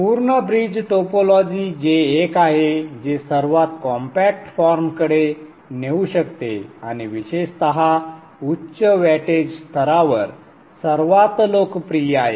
पूर्ण bridge topology जे एक आहे जे सर्वात कॉम्पॅक्ट फॉर्मकडे नेऊ शकते आणि विशेषतः उच्च वॅटेज स्तरांवर सर्वात लोकप्रिय आहे